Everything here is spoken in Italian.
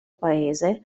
paese